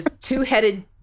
two-headed